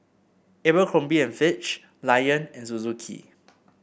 Abercrombie and Fitch Lion and Suzuki